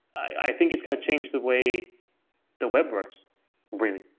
i think it's going to change the way the web works really.